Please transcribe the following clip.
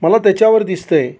मला त्याच्यावर दिसत आहे